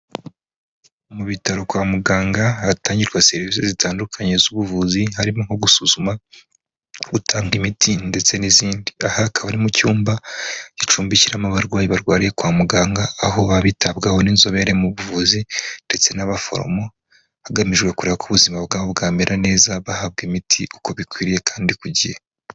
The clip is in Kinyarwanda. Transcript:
Mu bitaro kwa muganga, ahatangirwa serivisi zitandukanye z'ubuvuzi, harimo nko gusuzuma, gutanga imiti, ndetse n'izindi, aha hakaba ari mu cyumba gicumbikiramo abarwayi barwariye kwa muganga, aho baba bitabwaho n'inzobere mu buvuzi, ndetse n'abaforomo, hagamijwe kureba ko ubuzima bwabo bwamera neza, bahabwa imiti uko bikwiriye, kandi ku gihe.